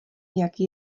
jaký